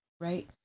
right